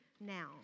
now